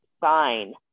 sign